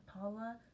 Paula